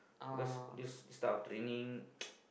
because this this type of training